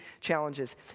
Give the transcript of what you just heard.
challenges